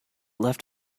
left